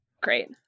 great